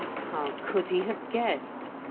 how could he have guessed?